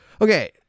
Okay